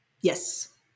Yes